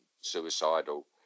suicidal